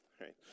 Right